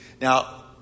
Now